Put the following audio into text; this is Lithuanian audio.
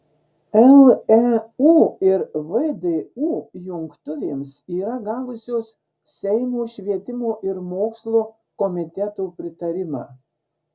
leu ir vdu jungtuvėms yra gavusios seimo švietimo ir mokslo komiteto pritarimą